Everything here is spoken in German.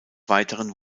weiteren